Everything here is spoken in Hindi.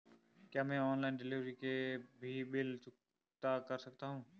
क्या मैं ऑनलाइन डिलीवरी के भी बिल चुकता कर सकता हूँ?